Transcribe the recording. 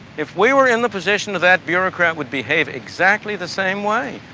if we were in the position of that bureaucrat, would behave exactly the same way.